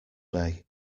day